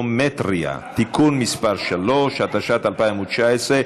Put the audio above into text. באופטומטריה (תיקון מס' 3), התשע"ט 2019,